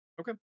okay